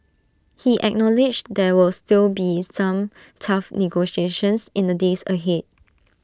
he acknowledged there will still be some tough negotiations in the days ahead